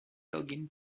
logging